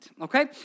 Okay